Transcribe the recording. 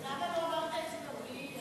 למה לא אמרת את זה גם לי?